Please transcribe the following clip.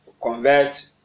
convert